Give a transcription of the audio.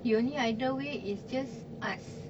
the only either way is just ask